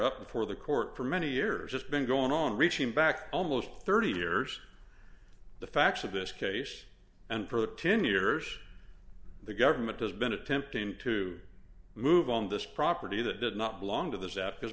up before the court for many years just been going on reaching back almost thirty years the facts of this case and pro ten years the government has been attempting to move on this property that did not belong to th